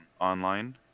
online